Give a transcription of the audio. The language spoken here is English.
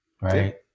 right